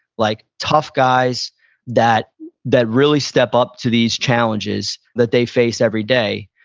like tough guys that that really step up to these challenges that they face every day.